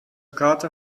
kater